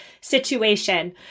situation